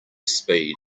speed